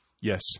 Yes